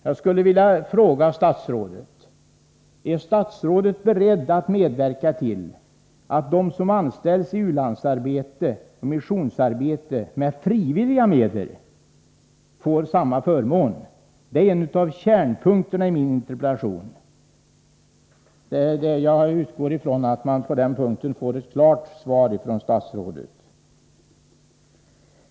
Jag vill fråga: Är statsrådet beredd att medverka till att de som anställs i u-landsarbete och missionsarbete med frivilliga medel får samma förmån? Det är en av kärnpunkterna i min interpellation. Jag utgår från att man på den punkten får ett klart svar av statsrådet.